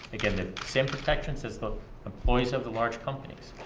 again, the same protections as the employees of the large companies,